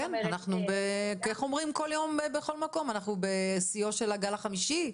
כפי שאומרים כל הזמן: אנחנו בשיאו של הגל החמישי,